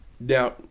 Now